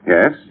Yes